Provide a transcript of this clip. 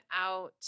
out